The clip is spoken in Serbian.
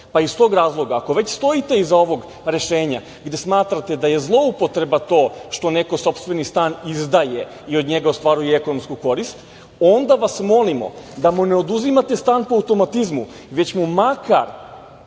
pa iz tog razloga ako već stojite iza ovog rešenja i gde smatrate da je zloupotreba to što neko sopstveni stan izdaje i od njega ostvaruje ekonomsku korist, onda vas molimo da mu ne oduzimate stan po automatizmu, već mu makar